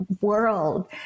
world